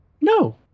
no